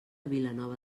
vilanova